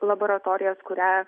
laboratorijas kurią